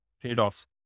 trade-offs